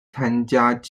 参加